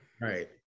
Right